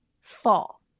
fall